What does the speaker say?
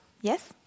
Yes